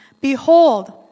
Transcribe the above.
Behold